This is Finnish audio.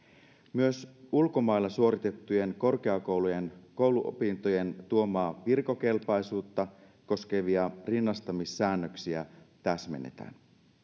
myös ulkomailla suoritettujen korkeakouluopintojen tuomaa virkakelpoisuutta koskevia rinnastamissäännöksiä täsmennetään